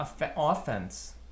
Offense